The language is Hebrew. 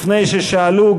לפני ששאלו,